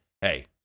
hey